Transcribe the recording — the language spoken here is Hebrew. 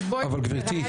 אז בואי --- אבל גברתי,